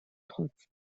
trotz